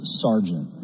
sergeant